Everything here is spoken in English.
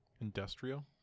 Industrial